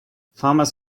farmers